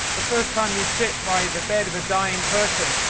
the first time you sit by the bed of a dying person,